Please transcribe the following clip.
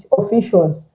officials